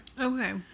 Okay